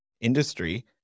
industry